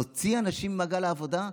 להוציא אנשים ממעגל העבודה?